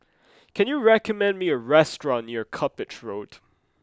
can you recommend me a restaurant near Cuppage Road